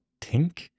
Tink